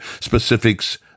Specifics